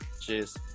Cheers